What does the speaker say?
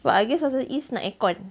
but I guess pasal izz nak aircon